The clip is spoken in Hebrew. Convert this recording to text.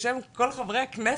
בשם כל הכנסת,